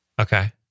Okay